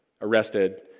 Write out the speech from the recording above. arrested